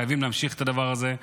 חייבים להמשיך את הדבר הזה.